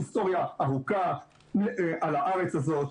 היסטוריה ארוכה על הארץ הזאת.